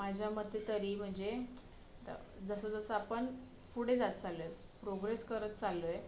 माझ्या मते तरी म्हणजे जसं जसं आपण पुढे जात चाललो आहेत प्रोग्रेस करत चाललो आहे